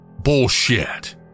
Bullshit